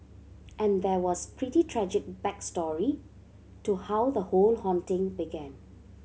and there was pretty tragic back story to how the whole haunting began